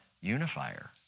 unifier